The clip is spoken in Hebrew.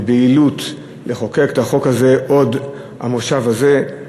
ובבהילות לחוקק את החוק הזה עוד במושב הזה.